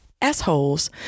assholes